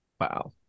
Wow